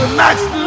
next